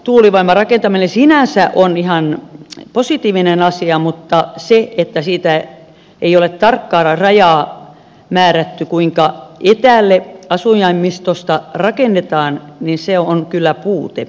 tuulivoimarakentaminen sinänsä on ihan positiivinen asia mutta se että ei ole tarkkaa rajaa määrätty kuinka etäälle asujaimistosta rakennetaan on kyllä puute lainsäädännössä